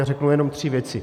Řeknu jenom tři věci.